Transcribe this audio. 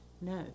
No